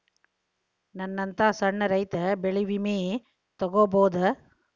ನನ್ನಂತಾ ಸಣ್ಣ ರೈತ ಬೆಳಿ ವಿಮೆ ತೊಗೊಬೋದ?